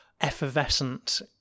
effervescent